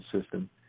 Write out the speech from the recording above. system